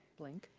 blink.